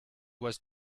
was